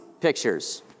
pictures